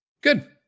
good